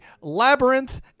Labyrinth